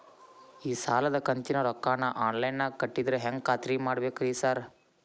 ಈ ಸಾಲದ ಕಂತಿನ ರೊಕ್ಕನಾ ಆನ್ಲೈನ್ ನಾಗ ಕಟ್ಟಿದ್ರ ಹೆಂಗ್ ಖಾತ್ರಿ ಮಾಡ್ಬೇಕ್ರಿ ಸಾರ್?